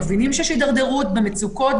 מבינים שיש הידרדרות במצוקות,